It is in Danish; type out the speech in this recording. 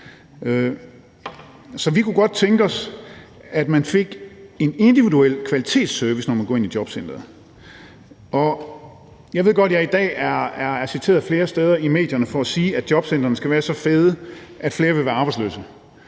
Så vi kunne godt tænke os, at man fik en individuel kvalitetsservice, når man går ind i jobcenteret. Jeg ved godt, at jeg i dag er citeret i medierne flere steder for at sige, at jobcentrene skal være så fede, at flere vil være arbejdsløse,